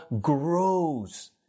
grows